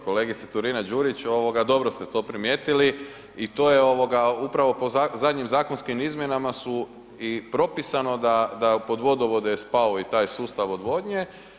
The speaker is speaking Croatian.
Kolegice Turina Đurić dobro ste to primijetili i to je upravo po zadnjim zakonskim izmjenama je i propisano da pod vodovode je spao i taj sustav odvodnje.